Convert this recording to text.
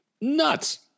nuts